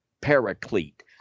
paraclete